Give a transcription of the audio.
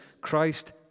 Christ